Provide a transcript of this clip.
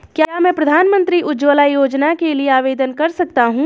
क्या मैं प्रधानमंत्री उज्ज्वला योजना के लिए आवेदन कर सकता हूँ?